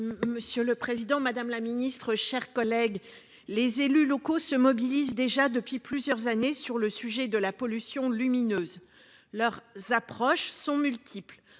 monsieur le Président Madame la Ministre, chers collègues, les élus locaux se mobilisent déjà depuis plusieurs années sur le sujet de la pollution lumineuse, leur approche sont multiples